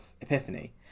Epiphany